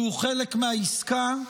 שהוא חלק מהעסקה.